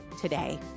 today